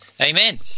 Amen